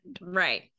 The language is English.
right